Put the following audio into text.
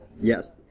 yes